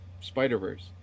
spider-verse